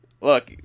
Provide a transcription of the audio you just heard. Look